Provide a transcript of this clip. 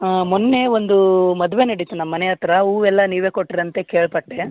ಹಾಂ ಮೊನ್ನೆ ಒಂದು ಮದುವೆ ನಡೀತು ನಮ್ಮ ಮನೆ ಹತ್ರ ಹೂವೆಲ್ಲ ನೀವೇ ಕೊಟ್ಟರಂತೆ ಕೇಳಿಪಟ್ಟೆ